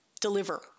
deliver